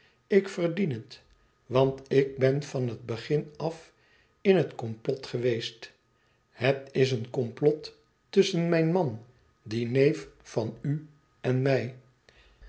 ik verdien het want ik ben van het begin afin het komplot geweest het is een komplot tusschen mijn man dien heef van u en mij